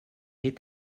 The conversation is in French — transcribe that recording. est